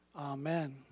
Amen